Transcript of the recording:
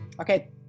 Okay